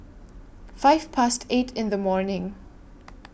five Past eight in The morning